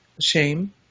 shame